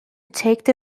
take